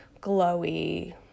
glowy